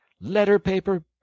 letter-paper